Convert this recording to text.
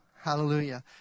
hallelujah